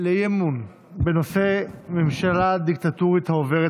אי-אמון בנושא: ממשלה דיקטטורית העוברת